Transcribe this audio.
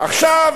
עכשיו,